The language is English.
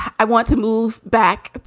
i want to move back.